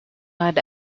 had